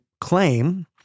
claim